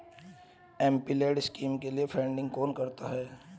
MPLAD scheme के लिए funding कौन करता है?